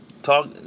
Talk